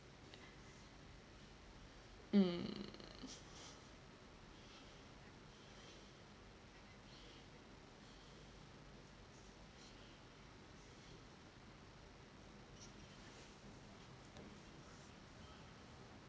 mm